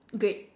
great